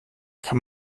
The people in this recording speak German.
kann